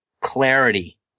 clarity